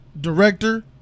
director